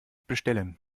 bestellen